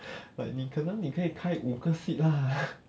but 你可能你可以开五个 seat lah